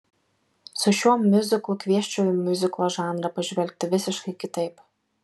su šiuo miuziklu kviesčiau į miuziklo žanrą pažvelgti visiškai kitaip